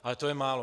Ale to je málo.